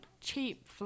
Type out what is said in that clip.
cheap –